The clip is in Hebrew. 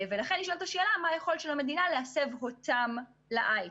ולכן נשאלת השאלה: מה היכולת של המדינה להסב אותם להיי-טק?